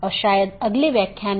BGP एक बाहरी gateway protocol है